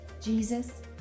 Jesus